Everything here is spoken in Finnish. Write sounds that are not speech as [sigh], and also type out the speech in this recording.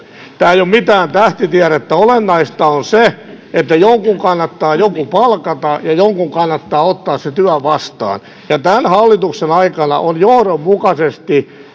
tämä ei ole mitään tähtitiedettä olennaista on se että jonkun kannattaa joku palkata ja jonkun kannattaa ottaa se työ vastaan ja tämän hallituksen aikana on johdonmukaisesti [unintelligible]